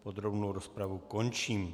Podrobnou rozpravu končím.